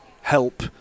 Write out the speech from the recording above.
help